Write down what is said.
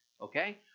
Okay